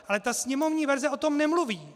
Ale ta sněmovní verze o tom nemluví.